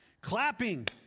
Clapping